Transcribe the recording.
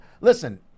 Listen